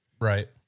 right